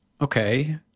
Okay